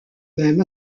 même